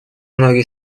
многие